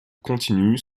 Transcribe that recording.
continu